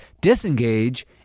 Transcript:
disengage